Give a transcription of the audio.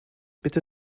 bitte